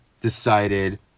decided